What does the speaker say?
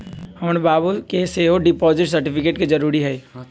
हमर बाबू के सेहो डिपॉजिट सर्टिफिकेट के जरूरी हइ